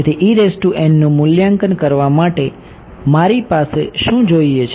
તેથી નું મૂલ્યાંકન કરવા માટે મારે શું જોઈએ છે